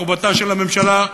חובתה של הממשלה,